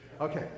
Okay